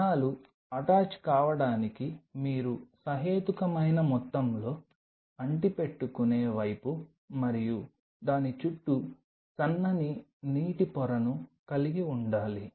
కణాలు అటాచ్ కావడానికి మీరు సహేతుకమైన మొత్తంలో అంటిపెట్టుకునే వైపు మరియు దాని చుట్టూ సన్నని నీటి పొరను కలిగి ఉండాలి